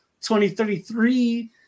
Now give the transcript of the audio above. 2033